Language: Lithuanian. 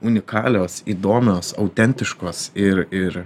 unikalios įdomios autentiškos ir ir